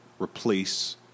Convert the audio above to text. replace